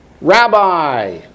rabbi